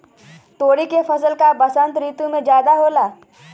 तोरी के फसल का बसंत ऋतु में ज्यादा होला?